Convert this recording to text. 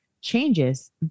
changes